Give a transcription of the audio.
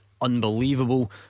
unbelievable